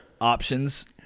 options